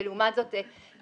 ולעומת זאת,